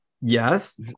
Yes